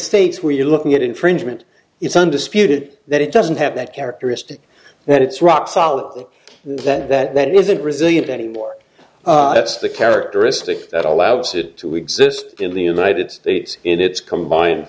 states where you're looking at infringement it's undisputed that it doesn't have that characteristic that it's rock solid that that it isn't resilient anymore it's the characteristics that allows it to exist in the united states in its combine